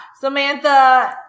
Samantha